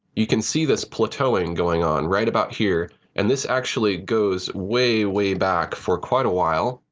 you can see this plateauing going on right about here, and this actually goes way, way back for quite awhile.